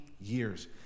years